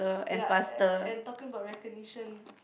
ya and talking about recognition